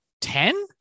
Ten